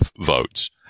votes